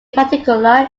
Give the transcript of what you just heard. particular